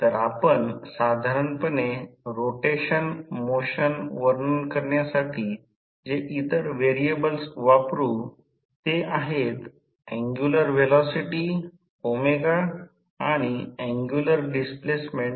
तर आपण साधारणपणे रोटेशन मोशन वर्णन करण्यासाठी जे इतर व्हेरिएबल्स वापरू ते आहेत अँग्युलर व्हेलॉसिटी आणि अँग्युलर डिस्प्लेसमेंट